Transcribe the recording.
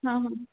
हां हां